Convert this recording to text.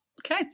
Okay